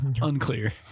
Unclear